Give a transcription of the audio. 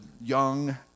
young